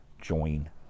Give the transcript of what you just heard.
join